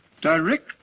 direct